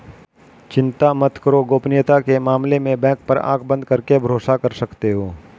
चिंता मत करो, गोपनीयता के मामले में बैंक पर आँख बंद करके भरोसा कर सकते हो